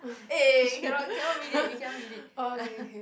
eh you cannot cannot read it you cannot read it